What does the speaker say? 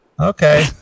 Okay